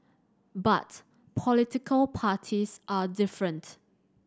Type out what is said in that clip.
but political parties are different